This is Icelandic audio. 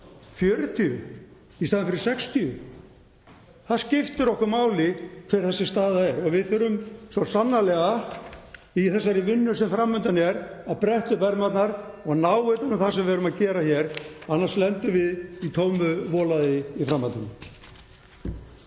40 í staðinn fyrir 60? Það skiptir okkur máli hver þessi staða er og við þurfum svo sannarlega í þeirri vinnu sem fram undan er að bretta upp ermarnar og ná utan um það sem við erum að gera hér. Annars lendum við í tómu volæði í framhaldinu.